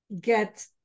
get